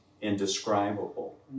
indescribable